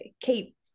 keep